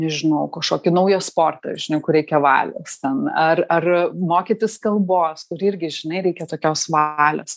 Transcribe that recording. nežinau kažkokį naują sportą žinai kur reikia valios ten ar ar mokytis kalbos kur irgi žinai reikia tokios valios